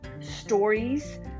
stories